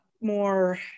more